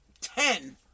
ten